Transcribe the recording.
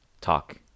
talk